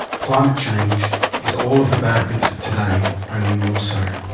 climate change is all of the bad bits of today, only more so.